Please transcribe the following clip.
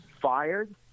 fired